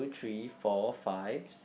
three four five six